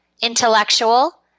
intellectual